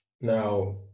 Now